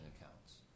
accounts